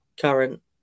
current